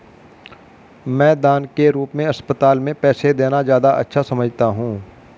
मैं दान के रूप में अस्पताल में पैसे देना ज्यादा अच्छा समझता हूँ